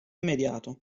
immediato